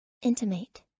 Intimate